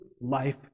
life